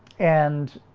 and